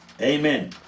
Amen